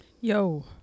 Yo